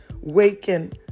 waken